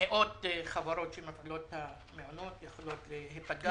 מאות חברות שמפעילות את המעונות יכולות להיפגע,